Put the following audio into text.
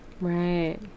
Right